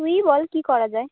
তুইই বল কী করা যায়